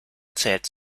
zählt